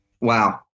Wow